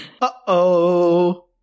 Uh-oh